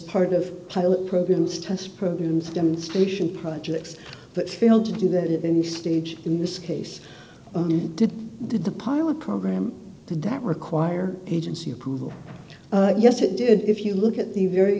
part of pilot programs test programs demonstration projects but failed to do that at any stage in this case did the pilot program did that require agency approval yes it did if you look at the very